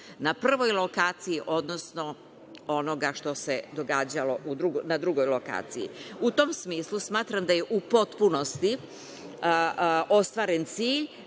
na prvoj lokaciji, odnosno onoga što se događalo na drugoj lokaciji. U tom smislu, smatram da je u potpunosti ostvaren cilj